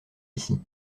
ici